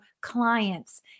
clients